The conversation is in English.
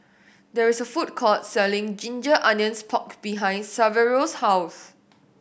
there is a food court selling ginger onions pork behind Saverio's house